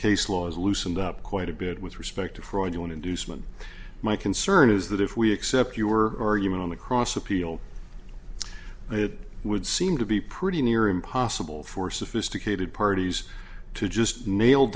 case law is loosened up quite a bit with respect to fraud you an inducement my concern is that if we accept your argument on the cross appeal it would seem to be pretty near impossible for sophisticated parties to just nail